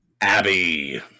Abby